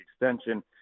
extension